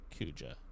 Kuja